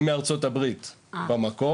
אני מארצות הברית במקור,